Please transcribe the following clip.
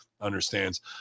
Understands